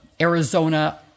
Arizona